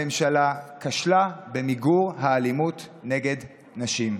הממשלה כשלה במיגור האלימות נגד נשים.